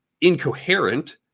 incoherent